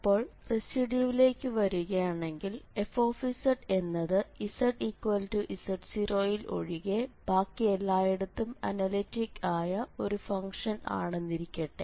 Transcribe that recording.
അപ്പോൾ റെസിഡ്യൂവിലേക്ക് വരുകയാണെങ്കിൽf എന്നത് zz0 ൽ ഒഴികെ ബാക്കി എല്ലായിടത്തും അനലിറ്റിക്ക് ആയ ഒരു ഫംഗ്ഷൻ ആണെന്നിരിക്കട്ടെ